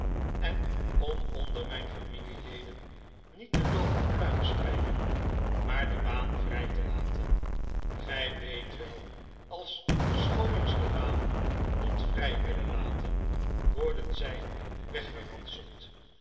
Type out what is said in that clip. en om onder mijn familieleden niet te loopen pluimstrijken maar de baan vrij te laten gij weet wel als schooiers de baan niet vrij willen laten worden zij